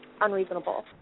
unreasonable